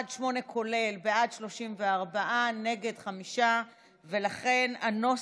בעד, ארבעה, נגד, 33, ולכן ההסתייגות לא נתקבלה.